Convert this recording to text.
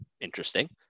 interesting